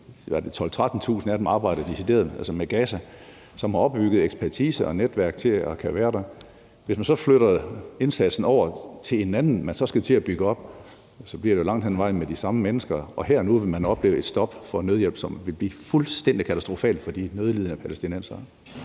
12.000-13.000 af dem arbejder decideret med Gaza – som har opbygget en ekspertise og et netværk til at kunne være der. Hvis man så flytter indsatsen over til en anden aktør, som skal til at bygge det op, så bliver det langt hen ad vejen med de samme mennesker. Og her og nu ville man opleve et stop for nødhjælp, som ville blive fuldstændig katastrofalt for de nødlidende palæstinenser.